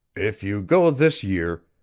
if you go this year,